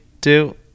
two